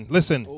Listen